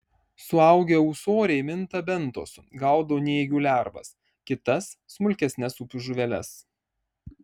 suaugę ūsoriai minta bentosu gaudo nėgių lervas kitas smulkesnes upių žuveles